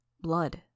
Blood